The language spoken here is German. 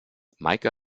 meike